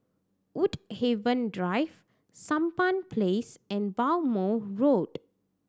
Woodhaven Drive Sampan Place and Bhamo Road